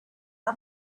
how